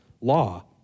law